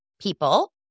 people